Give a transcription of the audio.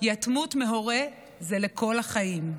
יתמות מהורה זה לכל החיים.